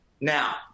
Now